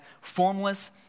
formless